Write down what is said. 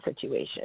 situation